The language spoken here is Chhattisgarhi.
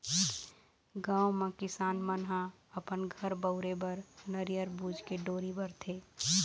गाँव म किसान मन ह अपन घर बउरे बर नरियर बूच के डोरी बरथे